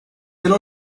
meil